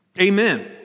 Amen